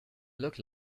look